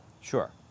Sure